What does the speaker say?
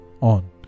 on